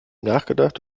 nachgedacht